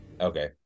Okay